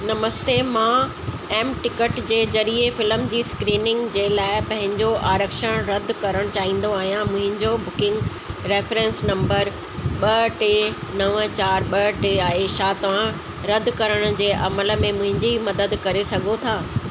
नमस्ते मां M ticket जे ज़रिए फिल्म जी स्क्रीनिंग जे लाइ पंहिंजो आरक्षण रदि करणु चाहींदो आहियां मुंहिंजो बुकिंग रेफेरेंस नंबर ॿ टे नव चारि ॿ टे आहे छा तव्हां रदि करण जे अमल में मुंहिंजी मदद करे सघो था